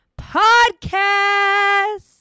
Podcast